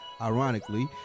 ironically